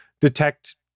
detect